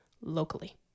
locally